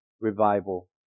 revival